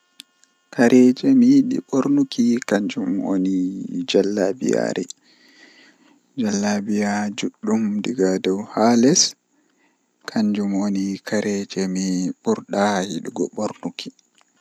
Ndikkinami babal jei mari leddeeji haakooji malla ndiyam jei takle Allah dow mi yaha mi waala haa hotel woonde ngam hotel kala ko woni totton fuu komi andi on, Amma babal woondedo wawan nafa mi masin.